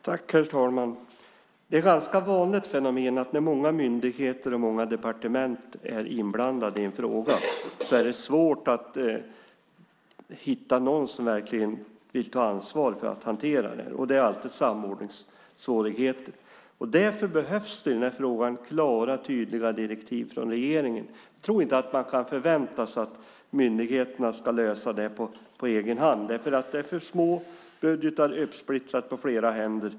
Herr talman! Det är ett ganska vanligt fenomen att det när många myndigheter och många departement är inblandade i en fråga är svårt att hitta någon som verkligen vill ta ansvar för att hantera det. Det är alltid samordningssvårigheter. Därför behövs det i den här frågan klara och tydliga direktiv från regeringen. Jag tror inte att man kan förvänta sig att myndigheterna ska lösa det på egen hand. Det är för små budgetar uppsplittrade på flera händer.